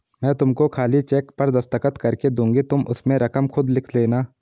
मैं तुमको खाली चेक पर दस्तखत करके दूँगी तुम उसमें रकम खुद लिख लेना